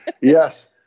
Yes